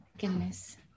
goodness